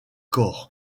corps